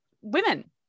women